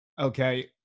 Okay